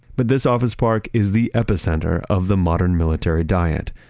but this office park is the epicenter of the modern military diet.